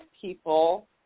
people